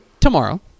tomorrow